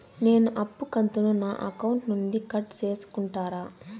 నేను అప్పు కంతును నా అకౌంట్ నుండి కట్ సేసుకుంటారా?